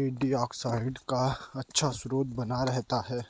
antioxidant का अच्छा स्रोत बना रहता है